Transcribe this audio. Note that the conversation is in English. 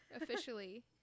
officially